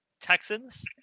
Texans